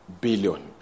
billion